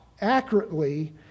accurately